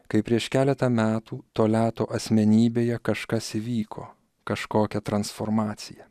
kaip prieš keletą metų toliato asmenybėje kažkas įvyko kažkokia transformacija